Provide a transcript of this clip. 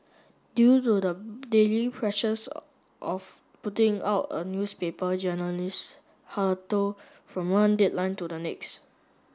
due to the daily pressures of putting out a newspaper journalist hurtle from one deadline to the next